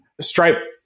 Stripe